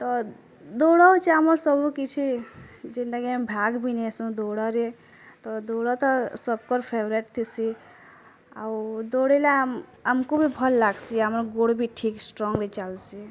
ତ ଦୌଡ଼୍ ହେଉଛି ଆମର୍ ସବୁ କିଛି ଯେନ୍ତା କି ଆମେ ଭାଗ ବି ନେଉସୁଁ ଦୌଡ଼୍ ରେ ତ ଦୌଡ଼୍ ତ ସବକର୍ ଫେବେରାଇଟ୍ ଥିସି ଆଉ ଦୌଡ଼ିଲେ ଆମ୍କୁ ବି ଭଲ୍ ଲାଗ୍ସି ଆମର୍ ଗୋଡ଼୍ ବି ଠିକ୍ ଷ୍ଟ୍ରଙ୍ଗ୍ ରେ ଚାଲ୍ସି